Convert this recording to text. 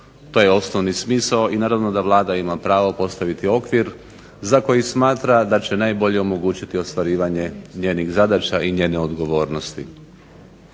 To je osnovni smisao i naravno da Vlada ima pravo postaviti okvir za koji smatra da će najbolje omogućiti ostvarivanje njenih zadaća i njenih odgovornosti.